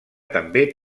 també